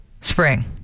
Spring